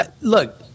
look